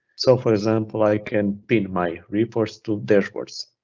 so for example, i can pin my reports through dashboards.